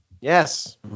Yes